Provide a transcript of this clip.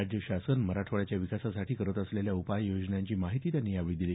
राज्य शासन मराठवाड्याच्या विकासासाठी करत असलेल्या उपाययोजनांची माहिती त्यांनी यावेळी दिली